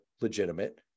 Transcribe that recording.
legitimate